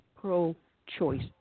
pro-choice